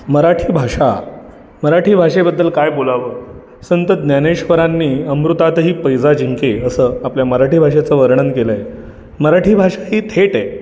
मराठी भाषा मराठी भाषेबद्दल काय बोलावं संत ज्ञानेश्वरांनी अमृतातही पैजा जिंके असं आपल्या मराठी भाषेचं वर्णन केलं आहे मराठी भाषा ही थेट आहे